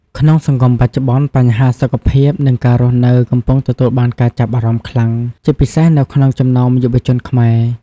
ក្នុងសង្គមបច្ចុប្បន្ន បញ្ហាសុខភាព និងការរស់នៅកំពុងទទួលបានការចាប់អារម្មណ៍ខ្លាំង ជាពិសេសនៅក្នុងចំណោមយុវជនខ្មែរ។